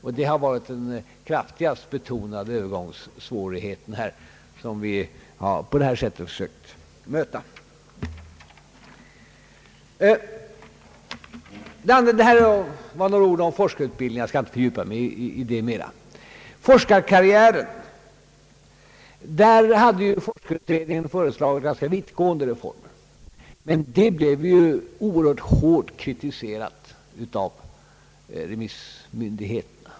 Detta har varit den kraftigast betonade övergångssvårigheten, som vi på detta sätt har sökt möta. När det gäller forskarkarriären har forskarutredningen föreslagit ganska vittgående reformer, men dessa blev oerhört hårt kritiserade av remissinstanserna.